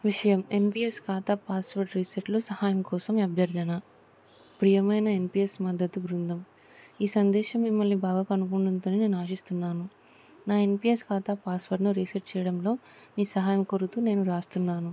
విషయం N P S ఖాతా password రీసెట్లో సహాయం కోసం అభ్యర్థన ప్రియమైన ఎన్ పీ ఎస్ మద్దతు బృందం ఈ సందేశం మిమ్మల్ని బాగా కనుగొనుతుందని నేను ఆశిస్తున్నాను నా ఎన్ పీ ఎస్ ఖాతా పాస్వర్డ్ను రీసెట్ చేయడంలో మీ సహాయం కొరుతూ నేను రాస్తున్నాను